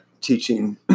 teaching